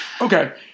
Okay